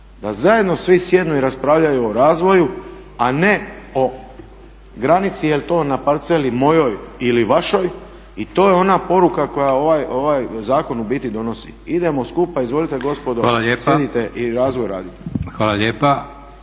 da zajedno svi sjednu i raspravljaju o razvoju, a ne o granici je l to na parceli mojoj ili vašoj i to je ona poruka koju ovaj zakon u biti donosi. Idemo skupa, izvolite gospodo, sjedite i razvoj radite. **Leko,